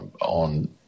on